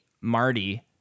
Marty